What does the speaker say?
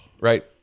Right